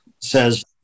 says